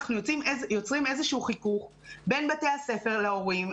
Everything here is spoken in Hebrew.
אנחנו יוצרים חיכוך בין בתי הספר להורים,